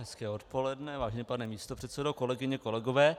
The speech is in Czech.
Hezké odpoledne, vážený pane místopředsedo, kolegyně, kolegové.